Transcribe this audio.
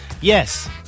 Yes